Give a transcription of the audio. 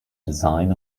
design